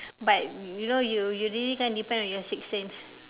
but you know you you really can't depend on your six sense